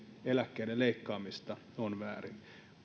eläkkeiden rintamalisien leikkaamista on väärin